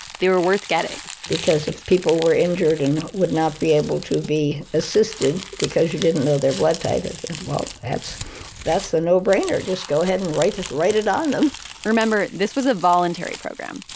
they were worth getting because if people were injured and would not be able to be assisted because you didn't know their blood type, and well, that's that's a no brainer. just go ahead and write it write it on them remember, this was a voluntary program.